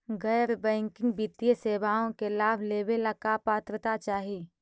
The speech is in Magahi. गैर बैंकिंग वित्तीय सेवाओं के लाभ लेवेला का पात्रता चाही?